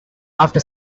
after